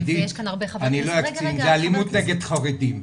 עידית, אני לא אקצין, זו אלימות נגד חרדים.